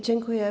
Dziękuję.